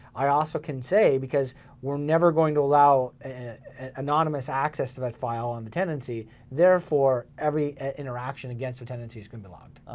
i also can say because we're never going to allow anonymous access to that file on the tenancy therefore, every interaction against a tenancy is gonna be logged.